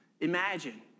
Imagine